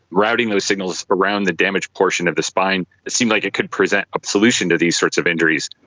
routing those signals around the damaged portion of the spine seemed like it could present a solution to these sorts of injuries,